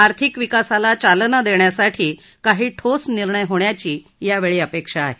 आर्थिक विकासाला चालना देण्यासाठी काही ठोस निर्णय होण्याची यावेळी अपेक्षा आहे